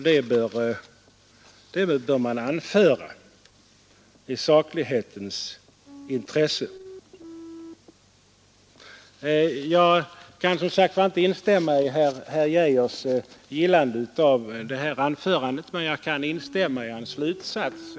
Detta bör man anföra i saklighetens intresse. Jag kan som sagt inte instämma i herr Arne Geijers gillande av detta anförande, men jag kan instämma i hans slutsats.